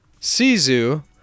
Sizu